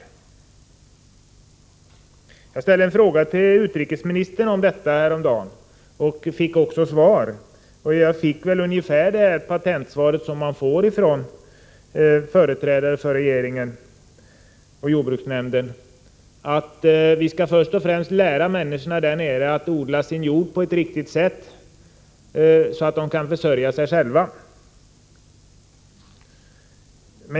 25 oktober 1984 Jag ställde en fråga till utrikesministern om detta häromdagen och fick också svar. Jag fick ungefär det patentsvar som man får från företrädare för Allmänpolitisk deregeringen och jordbruksnämnden, att vi först och främst skall lära — bart människorna där nere att odla sin jord på ett riktigt sätt så att de kan försörja sig själva.